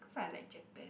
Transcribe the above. cause I like Japan